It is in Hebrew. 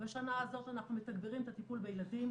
בשנה הזאת אנחנו מתגברים את הטיפול בילדים.